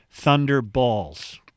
Thunderballs